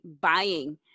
buying